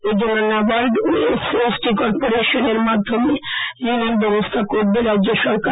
এজন্য NABARD OSC ST কর্পোরেশনের মাধ্যমে ঋণের ব্যবস্হা করবে রাজ্য সরকার